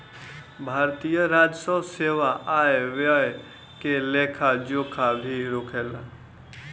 भारतीय राजस्व सेवा आय व्यय के लेखा जोखा भी राखेले